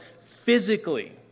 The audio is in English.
physically